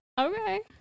okay